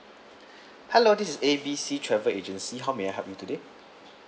hello this is A B C travel agency how may I help you today